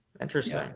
Interesting